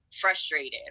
frustrated